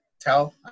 tell